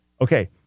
Okay